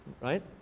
right